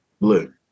Blue